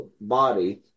body